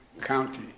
county